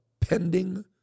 pending